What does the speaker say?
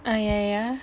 uh yeah yeah